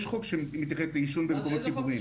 יש חוק שמתייחס לעישון במקומות ציבוריים.